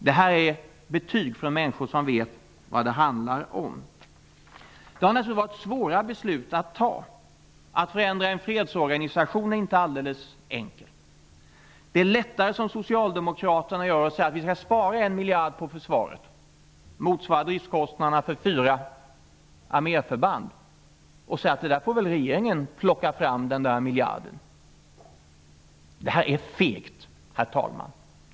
Det här är betyg från människor som vet vad det handlar om. Det har naturligtvis varit svåra beslut att fatta. Att förändra en fredsorganisation är inte alldeles enkelt. Det är lättare, som Socialdemokraterna gör, att säga att vi skall spara 1 miljard på försvaret -- det motsvarar driftskostnaderna för fyra arméförband -- och att regeringen får plocka fram den miljarden. Det här är fegt, herr talman.